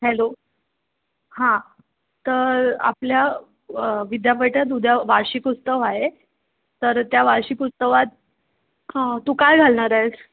hello हां तर आपल्या विद्यापीठात उद्या वार्षिक उत्सव आहे तर त्या वार्षिक उत्सवात तू काय घालणार आहेस